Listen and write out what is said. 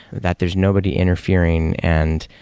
that there's nobody interfering and